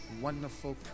wonderful